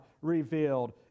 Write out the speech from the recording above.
revealed